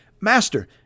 Master